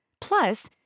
Plus